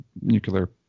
nuclear